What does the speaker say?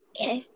Okay